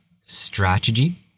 strategy